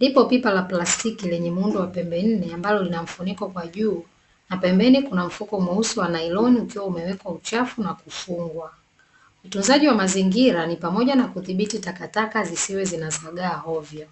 Liko pipa la plastiki lenye muundo wa pembe nne ambalo lina mfuniko kwa juu, na pembeni kuna mfuko mweusi wa nailoni ukiwa umewekwa uchafu na kufungwa. Utunzaji wa mazingira ni pamoja na kudhibiti takataka zisiwe zina zagaa hovyo.